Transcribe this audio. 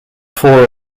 four